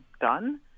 done